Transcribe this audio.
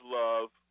love